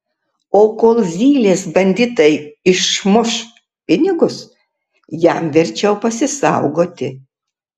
o kol zylės banditai išmuš pinigus jam verčiau pasisaugoti